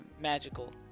magical